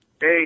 Hey